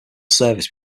service